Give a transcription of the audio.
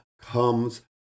comes